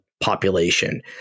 population